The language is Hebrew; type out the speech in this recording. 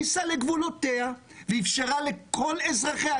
מדינת ישראל הכניסה לגבולותיה ואפשרה לכל אזרחיה,